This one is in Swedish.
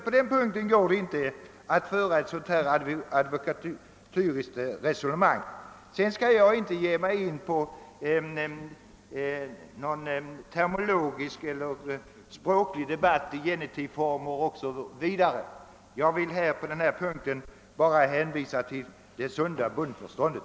På denna punkten går det inte att föra ett sådant här advokatoriskt resonemang. Jag skall sedan inte ge mig in på någon terminologisk eller språklig debatt beträffande genitivformer och annat. Jag vill på denna punkt bara hänvisa till det sunda bondförståndet.